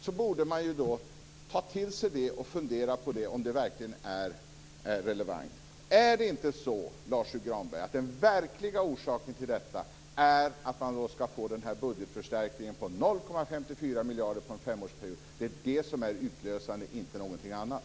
Då borde man ta till sig detta och fundera på om det verkligen är relevant. Är det inte så, Lars U Granberg, att den verkliga orsaken till detta är att man skall få den här budgetförstärkningen på 0,54 miljarder under en femårsperiod? Det är det som är utlösande, inte någonting annat!